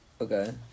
Okay